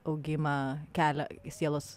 augimą kelią į sielos